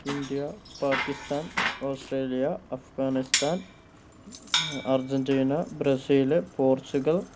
India Pakistan Australia Afghanistan Argentina Brazil Portugal